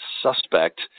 suspect